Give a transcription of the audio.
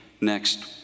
next